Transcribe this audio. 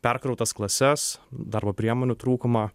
perkrautas klases darbo priemonių trūkumą